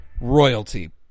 royalty